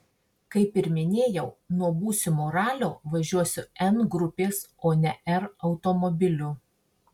kaip ir minėjau nuo būsimo ralio važiuosiu n grupės o ne r automobiliu